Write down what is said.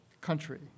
country